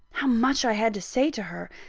how much i had to say to her,